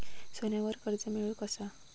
सोन्यावर कर्ज मिळवू कसा?